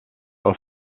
aux